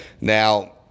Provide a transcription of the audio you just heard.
Now